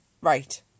Right